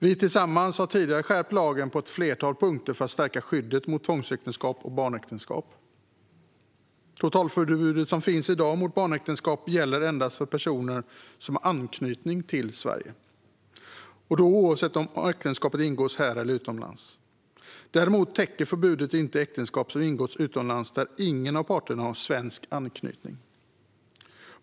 Vi tillsammans har tidigare skärpt lagen på ett flertal punkter för att stärka skyddet mot tvångsäktenskap och barnäktenskap. Totalförbudet som finns i dag mot barnäktenskap gäller endast för personer som har anknytning till Sverige och då oavsett om äktenskapet ingås här eller utomlands. Förbudet täcker inte äktenskap som ingåtts utomlands där ingen av parterna har svensk anknytning.